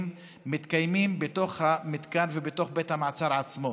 מתקיימים בתוך המתקן ובתוך בית המעצר עצמו.